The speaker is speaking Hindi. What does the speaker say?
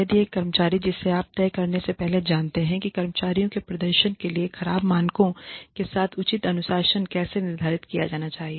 यदि एक कर्मचारी जिसे आप तय करने से पहले जानते हैं कि कर्मचारियों के प्रदर्शन के लिए खराब मानकों के साथ उचित अनुशासन कैसे निर्धारित किया जाना चाहिए